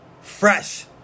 fresh